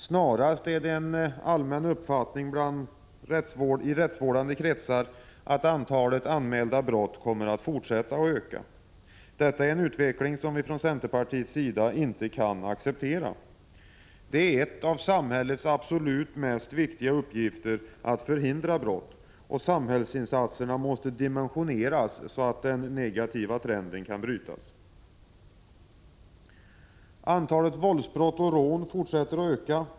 Snarast är det en allmän uppfattning i rättsvårdande kretsar att antalet anmälda brott kommer att fortsätta att öka. Detta är en utveckling som vi från centerpartiets sida inte kan acceptera. Det är en av samhällets absolut viktigaste uppgifter att förhindra brott. Samhällsinsatserna måste dimensioneras så att den negativa trenden kan brytas. Antalet våldsbrott och rån fortsätter att öka.